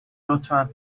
لطفا